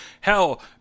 hell